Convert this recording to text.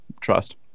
trust